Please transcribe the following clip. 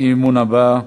האי-אמון הבא,